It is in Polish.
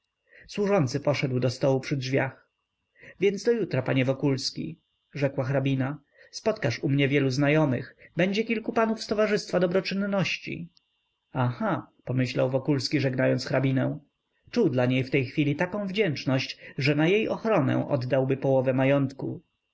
służący poszedł do stołu przy drzwiach więc do jutra panie wokulski rzekła hrabina spotkasz u mnie wielu znajomych będzie kilku panów z towarzystwa dobroczynności aha pomyślał wokulski żegnając hrabinę czuł dla niej w tej chwili taką wdzięczność że na jej ochronę oddałby połowę majątku